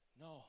No